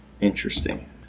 Interesting